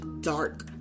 dark